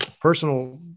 personal